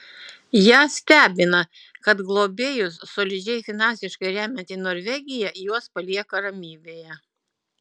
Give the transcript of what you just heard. ją stebina kad globėjus solidžiai finansiškai remianti norvegija juos palieka ramybėje